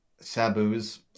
Sabu's